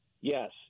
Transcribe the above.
yes